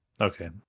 Okay